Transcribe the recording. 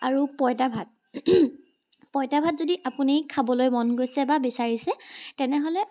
আৰু পঁইতা ভাত পঁইতা ভাত যদি আপুনি খাবলৈ মন গৈছে বা বিচাৰিছে তেনেহ'লে